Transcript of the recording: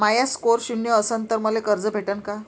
माया score शून्य असन तर मले कर्ज भेटन का?